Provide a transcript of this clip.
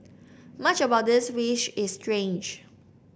much about this fish is strange